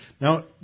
Now